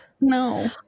No